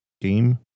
game